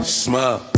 smile